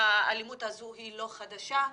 האלימות הזו לא חדשה,